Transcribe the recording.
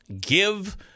give